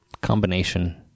combination